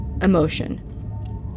emotion